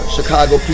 Chicago